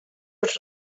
els